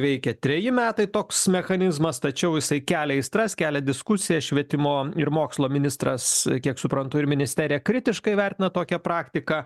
veikia treji metai toks mechanizmas tačiau jisai kelia aistras kelia diskusiją švietimo ir mokslo ministras kiek suprantu ir ministerija kritiškai vertina tokią praktiką